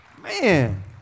Man